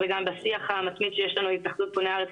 וגם בשיח המתמיד שיש לנו עם "התאחדות בוני הארץ"